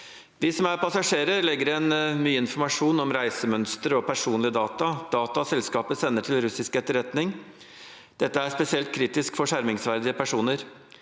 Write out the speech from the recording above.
Vi som er passasjerer, legger igjen mye informasjon om reisemønster og personlige data, data selskapet sender til russisk etterretning. Dette er spesielt kritisk for skjermingsverdige personer.